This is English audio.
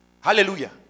Hallelujah